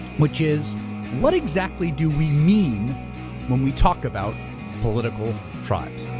which is what exactly do we mean when we talk about political tribes.